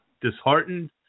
disheartened